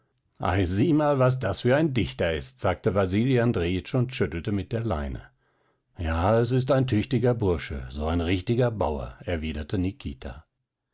sieh mal was das für ein dichter ist sagte wasili andrejitsch und schüttelte mit der leine ja es ist ein tüchtiger bursche so ein richtiger bauer erwiderte nikita